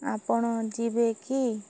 ଆପଣ ଯିବେ କି